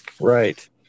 Right